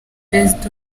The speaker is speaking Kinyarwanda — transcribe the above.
perezida